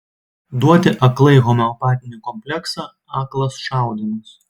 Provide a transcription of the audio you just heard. duoti aklai homeopatinį kompleksą aklas šaudymas